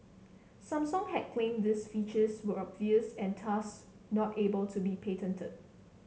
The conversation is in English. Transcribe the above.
Samsung had claimed these features were obvious and thus not able to be patented